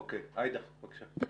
עאידה, בבקשה.